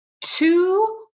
two